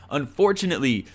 unfortunately